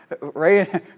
Ray